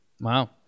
Wow